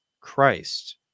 Christ